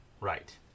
right